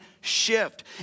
shift